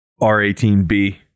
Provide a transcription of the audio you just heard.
R18B